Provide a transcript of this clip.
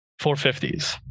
450s